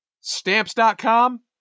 Stamps.com